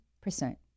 percent